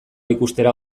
ikustera